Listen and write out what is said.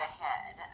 ahead